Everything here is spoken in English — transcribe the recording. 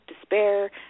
despair